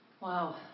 Wow